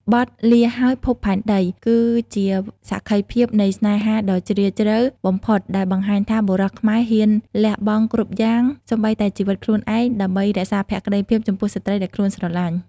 បទ "លាហើយភពផែនដី" គឺជាសក្ខីភាពនៃស្នេហាដ៏ជ្រាលជ្រៅបំផុត ដែលបង្ហាញថាបុរសខ្មែរហ៊ានលះបង់គ្រប់យ៉ាង សូម្បីតែជីវិតខ្លួនឯង ដើម្បីរក្សាភក្តីភាពចំពោះស្រ្តីដែលខ្លួនស្រឡាញ់។